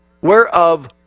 whereof